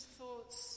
thoughts